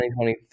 2020